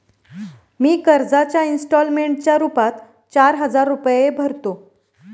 मी कर्जाच्या इंस्टॉलमेंटच्या रूपात चार हजार रुपये भरतो